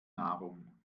nahrung